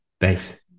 Thanks